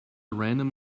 random